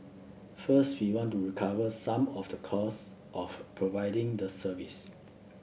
first we want to recover some of the cost of providing the service